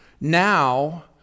now